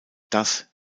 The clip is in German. das